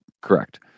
correct